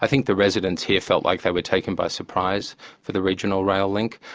think the residents here felt like they were taken by surprise for the regional rail link.